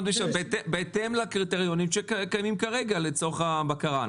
"בהתאם לקריטריונים שקיימים כרגע לצורך הבקרה".